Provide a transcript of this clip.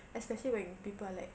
especially when people are like